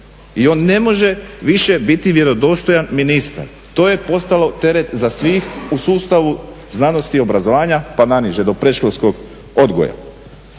I on ne može više biti vjerodostojan ministar. To je postalo teret za sve u sustavu znanosti i obrazovanja pa naniže do predškolskog odgoja.